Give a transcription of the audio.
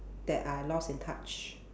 that I lost in touch